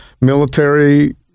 military